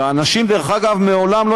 שאנשים מעולם,